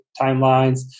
timelines